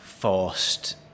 Forced